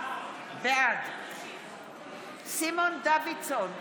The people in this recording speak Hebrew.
בעד סימון דוידסון,